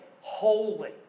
holy